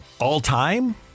All-time